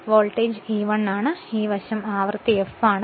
ഇവ voltage E 1 ആണ് ഈ വശം ആവൃത്തി f ആണ്